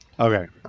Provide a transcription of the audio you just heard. Okay